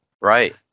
Right